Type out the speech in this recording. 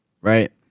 right